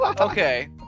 okay